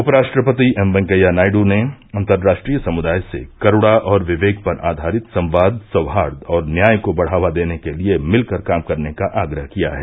उपराष्ट्रपति एम वेंकैया नायडू ने अंतर्राष्ट्रीय समुदाय से करूणा और विवेक पर आधारित संवाद सौहार्द और न्याय को बढ़ावा देने के लिए मिलकर काम करने का आग्रह किया है